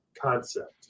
concept